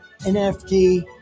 NFT